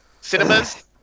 cinemas